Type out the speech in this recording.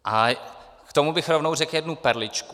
A k tomu bych rovnou řekl jednu perličku.